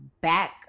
back